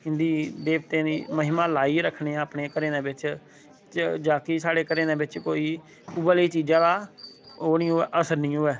इंदी देवतें दी महिमा लाई रक्खने आं अपने घरें दे बिच जदकि स्हाड़े घरें दे बिच कोई उऐ लेई चीजें दा ओह् नी होवे